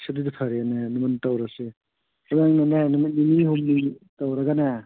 ꯑꯁ ꯑꯗꯨꯗꯤ ꯐꯔꯦꯅꯦ ꯑꯗꯨꯃꯥꯏꯅ ꯇꯧꯔꯁꯤ ꯅꯨꯃꯤꯠ ꯅꯤꯅꯤ ꯍꯨꯝꯅꯤ ꯇꯧꯔꯒꯅꯦ